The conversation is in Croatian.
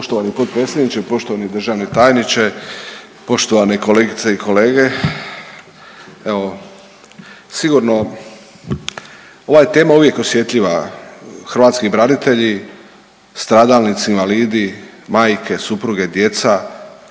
Poštovani potpredsjedniče, poštovani državni tajniče, poštovane kolegice i kolege. Evo sigurno ova je tema uvijek osjetljiva. Hrvatski branitelji, stradalnici, invalidi, majke, supruge, djeca